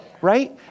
Right